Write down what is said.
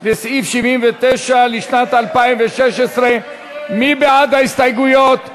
לסעיף 79 לשנת 2016. מי בעד ההסתייגויות?